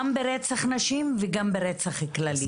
גם ברצח נשים וגם ברצח כללי.